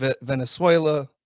Venezuela